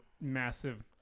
massive